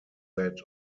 that